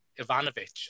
Ivanovic